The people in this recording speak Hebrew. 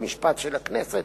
חוק ומשפט של הכנסת